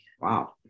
Wow